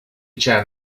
chan